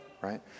right